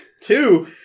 Two